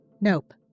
nope